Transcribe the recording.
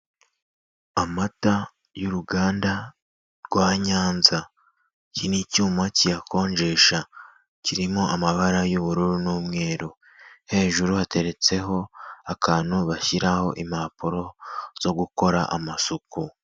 Amata y'uruganda rwa Nyanza, iki ni icyuma kiyakonjesha, kirimo amabara y'ubururu n'umweru, hejuru hateretseho akantu bashyiraho impapuro zo gukora amasuku.